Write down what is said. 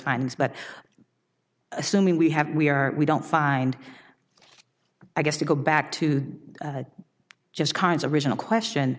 fines but assuming we have we are we don't find i guess to go back to just kinds of original question